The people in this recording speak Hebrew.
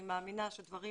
אני מאמינה שהדברים